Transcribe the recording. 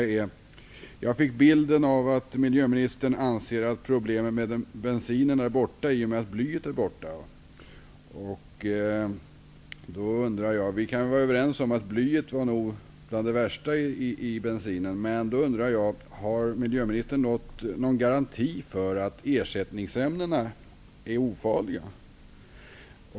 Jag fick bilden av att miljöministern anser att problemen med bensinen är borta i och med att blyet har tagits bort. Vi kan vara överens om att blyet var det värsta i bensinen. Men har miljöministern någon garanti för att ersättningsämnena är ofarliga?